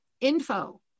info